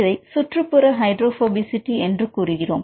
இதை சுற்றுப்புறஹைட்ரோபோபசிட்டி என்று கூறுகிறோம்